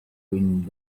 winds